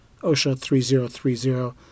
OSHA3030